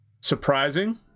surprising